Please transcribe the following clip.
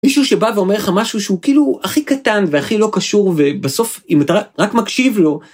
מישהו שבא ואומר לך משהו שהוא כאילו הכי קטן והכי לא קשור ובסוף אם אתה רק מקשיב לו.